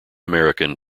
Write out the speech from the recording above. american